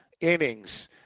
innings